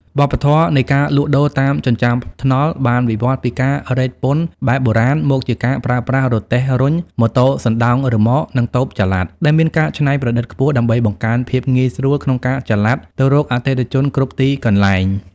វប្បធម៌នៃការលក់ដូរតាមចិញ្ចើមថ្នល់បានវិវត្តន៍ពីការរែកពុនបែបបុរាណ មកជាការប្រើប្រាស់រទេះរុញ ម៉ូតូសណ្ដោងរ៉ឺម៉ក និងតូបចល័តដែលមានការច្នៃប្រឌិតខ្ពស់ ដើម្បីបង្កើនភាពងាយស្រួលក្នុងការចល័តទៅរកអតិថិជនគ្រប់ទីកន្លែង។